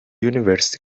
university